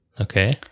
Okay